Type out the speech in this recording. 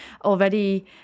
already